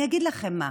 אני אגיד לכם מה: